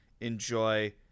enjoy